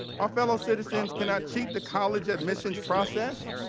a fellow citizens cannot keep the college admissions process